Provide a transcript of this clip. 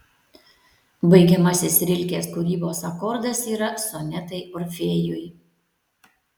baigiamasis rilkės kūrybos akordas yra sonetai orfėjui